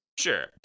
Sure